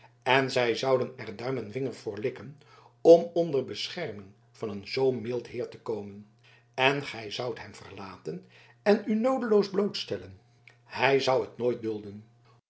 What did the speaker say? en zij zouden er duim en vinger voor likken om onder bescherming van een zoo mild heer te komen en gij zoudt hem verlaten en u noodeloos blootstellen hij zou het nooit dulden